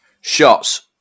Shots